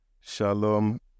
Shalom